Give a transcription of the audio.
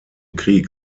krieg